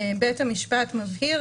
להקריא בית המשפט מבהיר,